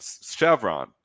Chevron